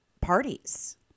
parties